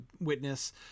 witness